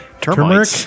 Turmeric